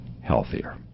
healthier